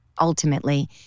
ultimately